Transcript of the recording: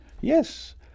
Yes